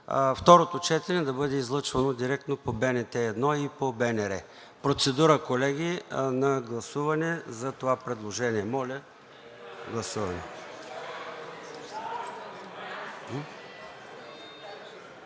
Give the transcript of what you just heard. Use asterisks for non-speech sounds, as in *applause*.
второто четене да бъде излъчвано директно по БНТ 1 и по БНР. Процедура, колеги, на гласуване за това предложение. *noise* Гласували